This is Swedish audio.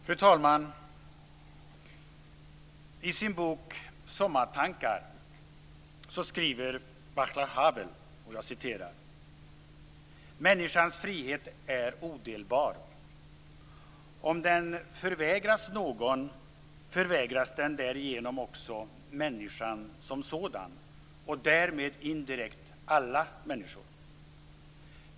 Fru talman! I sin bok Sommartankar skriver Václav Havel: "Människans frihet är odelbar -: om den förvägras någon, förvägras den därigenom också människan som sådan och därmed indirekt alla människor.